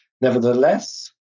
nevertheless